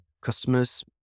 customers